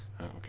Okay